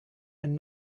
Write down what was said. and